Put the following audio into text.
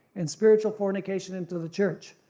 and spiritual fornication into the church,